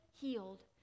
healed